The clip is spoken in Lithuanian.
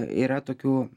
yra tokių